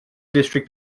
district